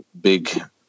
big